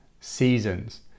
seasons